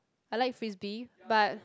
I like frisbee but